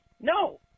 No